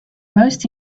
most